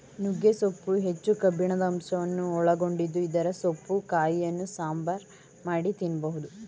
ನುಗ್ಗೆ ಸೊಪ್ಪು ಹೆಚ್ಚು ಕಬ್ಬಿಣದ ಅಂಶವನ್ನು ಒಳಗೊಂಡಿದ್ದು ಇದರ ಸೊಪ್ಪು ಕಾಯಿಯನ್ನು ಸಾಂಬಾರ್ ಮಾಡಿ ತಿನ್ನಬೋದು